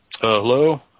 hello